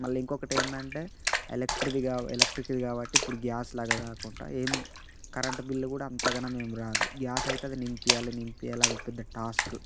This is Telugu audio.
మళ్ళీ ఇంకొకటి ఏంటంటే ఎలక్ట్రిక్ది కాబ ఎలక్ట్రిక్ది కాబట్టి ఇప్పుడు గ్యాస్లాగా కాకుండా ఏం కరెంటు బిల్లు కూడా అంతగనం ఏం రాదు గ్యాస్ అయితే అది నింపియాలి నింపియాలి అదో పెద్ద టాస్క్